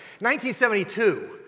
1972